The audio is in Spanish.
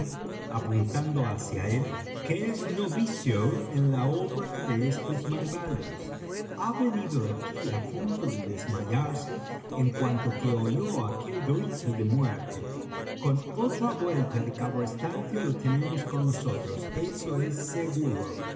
apuntando hacia él que es novicio en la obra de estos malvados ha venido aquí á punto de desmayarse en cuanto que oyó aquel grito de muerte con otra vuelta de cabrestante lo tenemos con nosotros eso es seguro